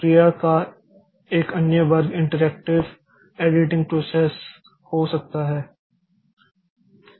प्रक्रिया का एक अन्य वर्ग इंटरैक्टिव एडिटिंग प्रोसेस हो सकता है